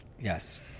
Yes